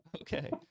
okay